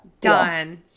done